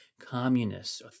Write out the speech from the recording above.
communists